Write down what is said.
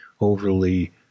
overly